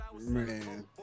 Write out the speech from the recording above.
man